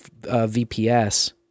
VPS